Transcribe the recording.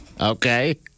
okay